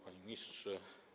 Panie Ministrze!